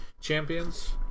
champions